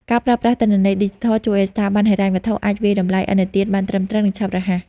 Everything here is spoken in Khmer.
ការប្រើប្រាស់ទិន្នន័យឌីជីថល ជួយឱ្យស្ថាប័នហិរញ្ញវត្ថុអាចវាយតម្លៃឥណទានបានត្រឹមត្រូវ និងឆាប់រហ័ស។